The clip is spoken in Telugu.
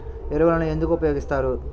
ఎరువులను ఎందుకు ఉపయోగిస్తారు?